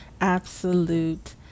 absolute